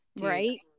right